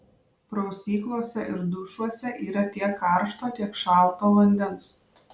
prausyklose ir dušuose yra tiek karšto tiek šalto vandens